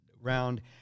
round